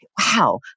wow